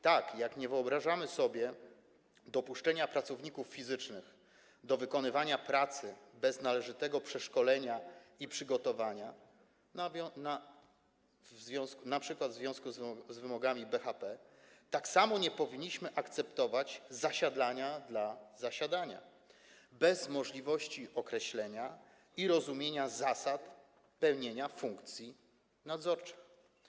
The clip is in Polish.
Tak jak nie wyobrażamy sobie dopuszczenia pracowników fizycznych do wykonywania pracy bez należytego przeszkolenia i przygotowania, np. w związku z wymogami BHP, tak samo nie powinniśmy akceptować „zasiadania dla zasiadania” - bez możliwości określenia i rozumienia zasad pełnienia funkcji nadzorczych.